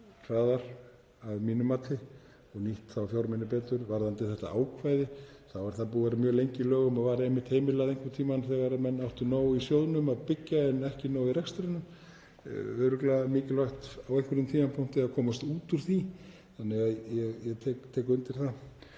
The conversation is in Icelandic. hraðar að mínu mati og nýtt þá fjármuni betur. Varðandi þetta ákvæði þá er það búið að vera mjög lengi í lögum og var einmitt heimilað einhvern tímann þegar menn áttu nóg í sjóðnum til að byggja en ekki nóg í rekstrinum. Örugglega er mikilvægt á einhverjum tímapunkti að komast út úr því. Þannig að ég tek undir það.